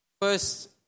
First